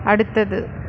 அடுத்தது